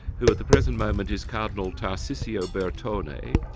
who at the present moment is cardinal tarcisio bertone,